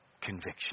conviction